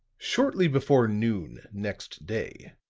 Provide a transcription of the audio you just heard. shortly before noon next day,